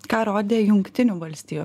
ką rodė jungtinių valstijų